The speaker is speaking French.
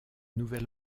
nouvel